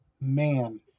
man